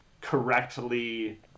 correctly